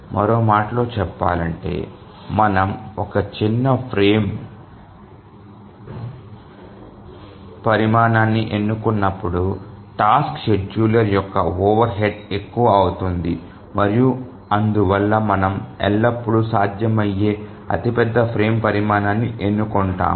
మరో మాటలో చెప్పాలంటే మనము ఒక చిన్న ఫ్రేమ్ పరిమాణాన్ని ఎన్నుకున్నప్పుడు టాస్క్ షెడ్యూలర్ యొక్క ఓవర్ హెడ్ ఎక్కువ అవుతుంది మరియు అందువల్ల మనము ఎల్లప్పుడూ సాధ్యమయ్యే అతి పెద్ద ఫ్రేమ్ పరిమాణాన్ని ఎన్నుకుంటాము